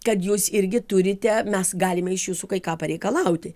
kad jūs irgi turite mes galime iš jūsų kai ką pareikalauti